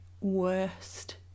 worst